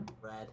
Red